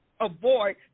avoid